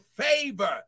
favor